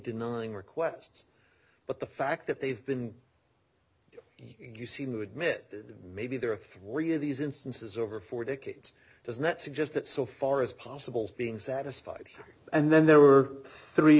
denying requests but the fact that they've been you seem to admit maybe there are a few of these instances over four decades does not suggest that so far as possible being satisfied and then there were three